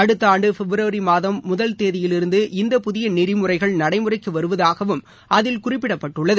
அடுத்த ஆண்டு பிப்ரவரி மாதம் முதல் தேதியிலிருந்து இந்த புதிய நெறிமுறைகள் நடைமுறைக்கு வருவதாகவும் அதில் குறிப்பிடப்பட்டுள்ளது